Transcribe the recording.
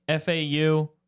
FAU